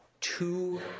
two